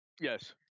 yes